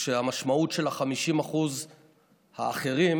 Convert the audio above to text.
והמשמעות של ה-50% האחרים היא